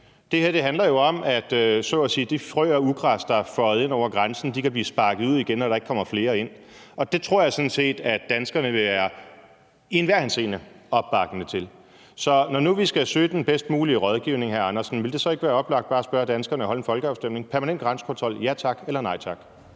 Det her handler jo om, at de frø af ugræs, så at sige, der er føget ind over grænsen, kan blive sparket ud igen, og at der ikke kommer flere ind. Og det tror jeg sådan set at danskerne i enhver henseende vil bakke op. Så når nu vi skal søge den bedst mulige rådgivning, hr. Henrik Rejnholt Andersen, vil det så ikke være oplagt bare at spørge danskerne og holde en folkeafstemning – permanent grænsekontrol, ja tak eller nej tak?